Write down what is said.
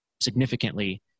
significantly